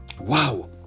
Wow